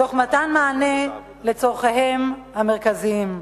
תוך מתן מענה על צורכיהם המרכזיים.